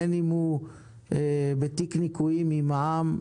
בין אם הוא בתיק ניכויים עם מע"מ,